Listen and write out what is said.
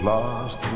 Lost